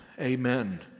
Amen